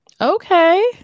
Okay